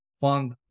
fund